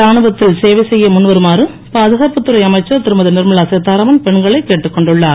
ராணுவத்தில் சேவை செய்ய முன்வருமாறு பாதுகாப்புத் துறை அமைச்சர் திருமதி நிர்மலா சீதாராமன் பெண்களை கேட்டுக் கொண்டுள்ளார்